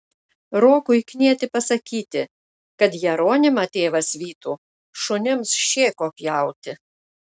rokui knieti pasakyti kad jeronimą tėvas vytų šunims šėko pjauti